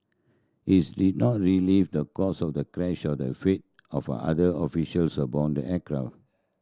is did not relieve the cause of the crash or the fate of other officials abound the aircraft